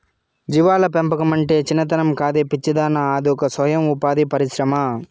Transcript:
జీవాల పెంపకమంటే చిన్నతనం కాదే పిచ్చిదానా అదొక సొయం ఉపాధి పరిశ్రమ